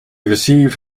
received